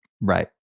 Right